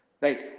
Right